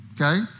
okay